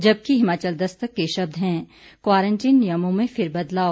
जबकि हिमाचल दस्तक के शब्द हैं क्वारंटीन नियमों में फिर बदलाव